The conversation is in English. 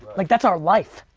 like that's our life.